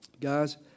Guys